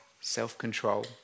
self-control